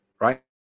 right